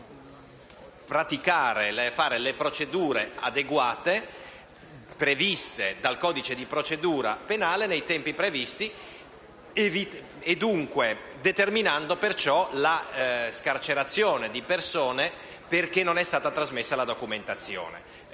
non praticare le procedure adeguate previste dal codice di procedura penale nei tempi previsti, determinando perciò la scarcerazione di persone perché non è stata trasmessa la documentazione.